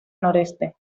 noreste